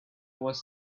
was